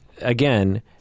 again